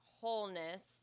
wholeness